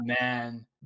man